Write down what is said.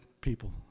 people